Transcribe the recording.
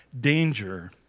danger